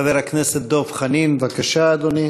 חבר הכנסת דב חנין, בבקשה, אדוני.